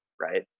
Right